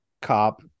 Cop